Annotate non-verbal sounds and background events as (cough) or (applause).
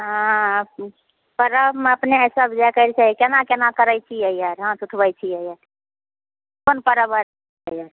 हँ पर्बमे अपने सब जे कहै छै केना केना करै छियै आर हाथ उठबै छी आर कोन पर्ब (unintelligible)